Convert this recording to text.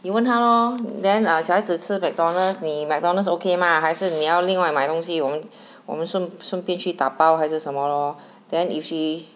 你问她咯 then ah 小孩子吃 McDonald's 你 McDonald's okay mah 还是你要另外买东西我们 我们顺顺便去打包还是什么 lor then if she